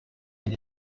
and